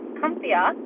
comfier